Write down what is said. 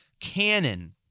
canon